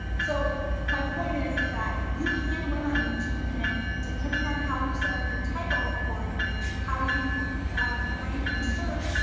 so my point is is that you can win on youtube and depending on how you set up your title, corey, how you um rank and search,